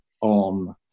on